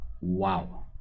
Wow